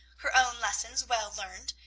her own lessons well learned,